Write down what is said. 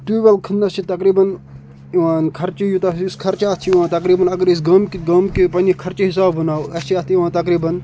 tube well کھنٛنَس چھِ تقریٖباً یِوان خرچہٕ یوٗتاہ أسۍ خرچہٕ اَتھ چھِ یِوان تقریٖباً اگر أسۍ گامکہِ گامکہِ پَنٛنہِ خرچہٕ حساب بَناوو اَسہِ چھِ اَتھ یِوان تقریٖباً